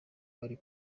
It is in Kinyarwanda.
bari